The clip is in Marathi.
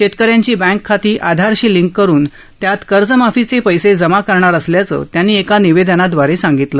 शेतकऱ्यांची बँक खाती आधारशी लिंक करून त्यात कर्जमाफीचे पैसे जमा करणार असल्याचं त्यांनी एका निवेदनादवारे सांगितलं